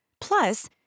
Plus